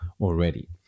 already